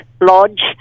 Lodge